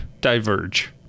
diverge